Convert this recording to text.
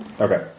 Okay